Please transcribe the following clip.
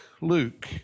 Luke